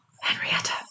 Henrietta